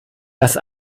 dass